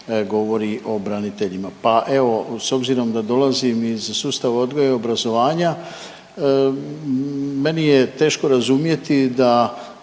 govori o braniteljima. Pa evo s obzirom da dolazim iz sustava odgoja i obrazovanja meni je teško razumjeti da